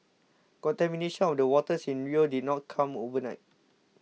contamination of the waters in Rio did not come overnight